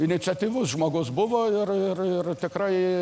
iniciatyvus žmogus buvo ir ir ir tikrai